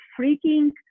freaking